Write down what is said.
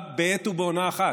בעת ובעונה אחת,